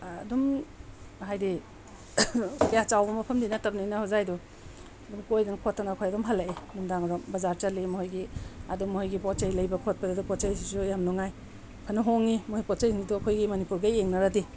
ꯑꯗꯨꯝ ꯍꯥꯏꯗꯤ ꯀꯌꯥ ꯆꯥꯎꯕ ꯃꯐꯝꯗꯤ ꯅꯠꯇꯝꯅꯤꯅ ꯍꯣꯖꯥꯏꯗꯣ ꯑꯗꯨꯝ ꯀꯣꯏꯗꯅ ꯈꯣꯠꯇꯅ ꯑꯩꯈꯣꯏ ꯑꯗꯨꯝ ꯍꯜꯂꯛꯑꯦ ꯅꯨꯡꯗꯥꯡ ꯋꯥꯏꯔꯝ ꯕꯖꯥꯔ ꯆꯠꯂꯤ ꯃꯣꯏꯒꯤ ꯑꯗ ꯃꯣꯏꯒꯤ ꯄꯣꯠ ꯆꯩ ꯂꯩꯕ ꯈꯣꯠꯄꯗ ꯄꯣꯠ ꯆꯩꯁꯤꯁꯨ ꯌꯥꯝ ꯅꯨꯡꯉꯥꯏ ꯐꯅ ꯍꯣꯡꯉꯤ ꯃꯣꯏ ꯄꯣꯠ ꯆꯩꯁꯤꯡꯗꯣ ꯑꯩꯈꯣꯏꯒꯤ ꯃꯅꯤꯄꯨꯔꯒ ꯌꯦꯡꯅꯔꯨꯔꯗꯤ